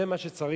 זה מה שצריך,